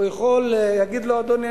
הוא יכול להגיד לו: אדוני,